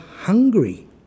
hungry